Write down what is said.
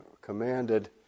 commanded